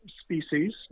species